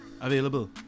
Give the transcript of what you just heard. available